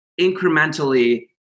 incrementally